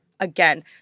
again